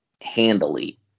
handily